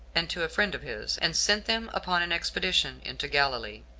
and to a friend of his, and sent them upon an expedition into galilee,